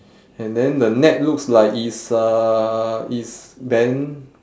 and then the net looks like it's uh it's bent